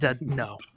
No